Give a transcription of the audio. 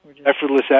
Effortless